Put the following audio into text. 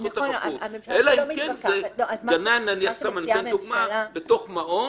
אלא אם הוא כן, סתם לדוגמה, הוא גנן בתוך מעון.